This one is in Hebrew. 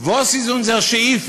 (אומר דברים ביידיש